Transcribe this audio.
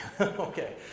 okay